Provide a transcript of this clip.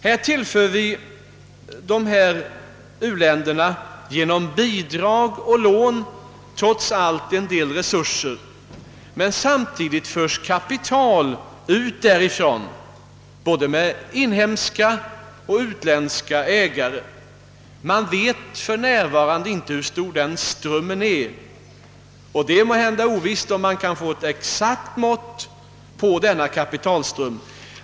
Vi tillför trots allt genom bidrag och lån uländerna en hel del resurser, men samtidigt förs kapital ut därifrån, både av inhemska och utländska ägare. Man vet för närvarande inte hur stor den strömmen är, och det är måhända ovisst om man kan få ett exakt mått på denna kapitalström.